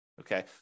okay